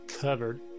covered